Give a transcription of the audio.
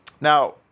Now